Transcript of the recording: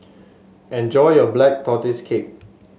enjoy your Black Tortoise Cake